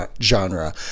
genre